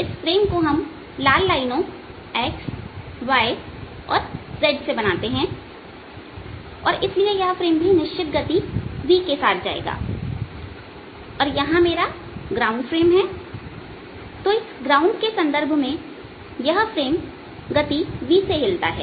इस फ्रेम को हम लाल लाइनों x y z से बनाते हैं और इसलिए यह फ्रेम भी निश्चित गति v के साथ जाएगा और यहां मेरा ग्राउंड फ्रेम है तो इस ग्राउंड के संदर्भ में यह फ्रेम गति v से हिलता है